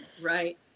Right